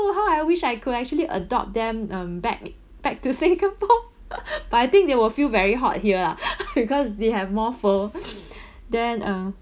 so how I wish I could actually adopt them um back back to singapore but I think they will feel very hot here lah because they have more fur then uh